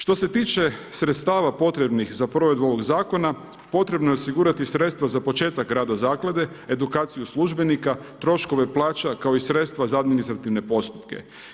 Što se tiče sredstava potrebnih za provedbu ovog zakona, potrebno je osigurati sredstva za početak rada zaklade, edukaciju službenika, troškove plaća kao i sredstva za administrativne postupke.